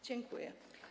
Dziękuję.